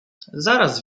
zaraz